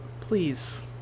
Please